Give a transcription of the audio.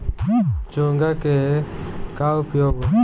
चोंगा के का उपयोग बा?